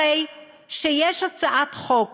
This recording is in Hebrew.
הרי שיש הצעת חוק